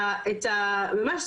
הסיפור הזה של לידה,